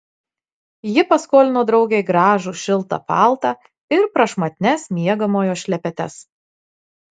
ji paskolino draugei gražų šiltą paltą ir prašmatnias miegamojo šlepetes